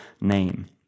name